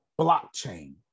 blockchain